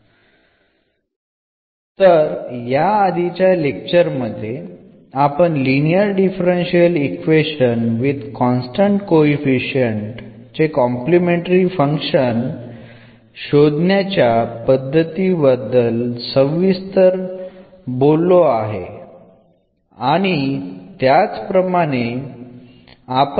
അവസാന ലക്ച്ചറിൽ കോൺസ്റ്റൻറ് കോയിഫിഷൻറ്കളോട് കൂടിയ ലീനിയർ ഡിഫറൻഷ്യൽ സമവാക്യത്തിന്റെ കോംപ്ലിമെൻററി ഫംഗ്ഷൻ എങ്ങനെ നേടാമെന്ന് നമ്മൾ കണ്ടു